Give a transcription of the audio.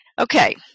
Okay